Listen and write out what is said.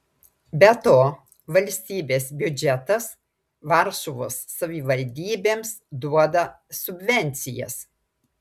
be to valstybės biudžetas varšuvos savivaldybėms duoda subvencijas